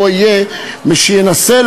אז אני מבקש שתעשה סדר.